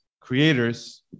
creators